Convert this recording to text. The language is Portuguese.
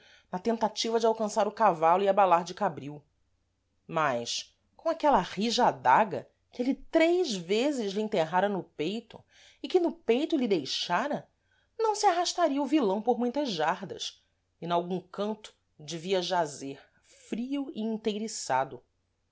na tentativa de alcançar o cavalo e abalar de cabril mas com aquela rija adaga que êle três vezes lhe enterrara no peito e que no peito lhe deixara não se arrastaria o vilão por muitas jardas e nalgum canto devia jazer frio e